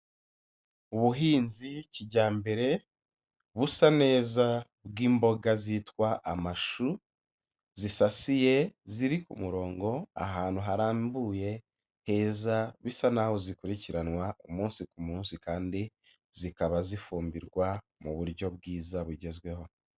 Ubuhinzi kijyambere busa neza bw'imboga zitwa amashu, zisasiye, ziri ku murongo ahantu harambuye heza, bisa naho zikurikiranwa umunsi ku munsi kandi zikaba zifumbirwa mu buryo bwiza bugezweho.